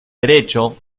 derecho